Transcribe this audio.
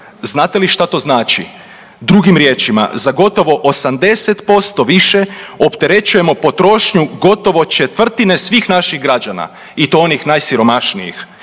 Znate li što to znači. Drugim riječima za gotovo 80% više opterećujemo potrošnju gotovo četvrtine svih naših građana. I to onih najsiromašnijih.